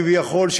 כביכול,